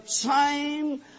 time